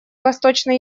восточный